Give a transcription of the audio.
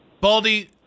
Baldy